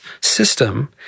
system